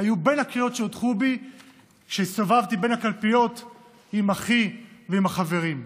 בין הקריאות שהוטחו בי כשהסתובבתי בין הקלפיות עם אחי ועם החברים.